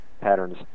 patterns